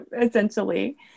essentially